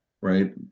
right